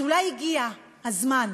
אז אולי הגיע הזמן,